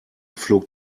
flog